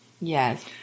Yes